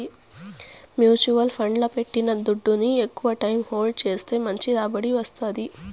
mutual ఫండ్లల్ల పెట్టిన దుడ్డుని ఎక్కవ టైం హోల్డ్ చేస్తే మంచి రాబడి వస్తాది